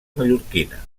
mallorquina